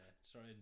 sorry